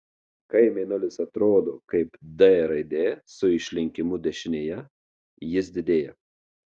kai mėnulis atrodo kaip d raidė su išlinkimu dešinėje jis didėja